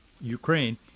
Ukraine